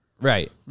Right